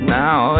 now